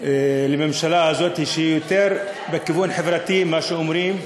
לממשלה הזאת, שהיא יותר בכיוון חברתי, מה שאומרים,